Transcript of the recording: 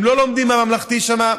הם לא לומדים בממלכתי שם,